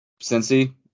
Cincy